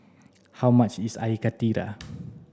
how much is air karthira